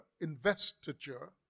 investiture